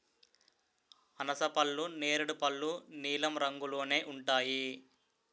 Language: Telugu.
అనాసపళ్ళు నేరేడు పళ్ళు నీలం రంగులోనే ఉంటాయి